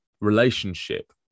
relationship